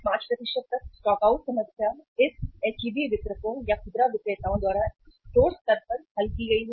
225 तक stock out समस्या इस HEB वितरकों या खुदरा विक्रेताओं द्वारा स्टोर स्तर पर हल की गई है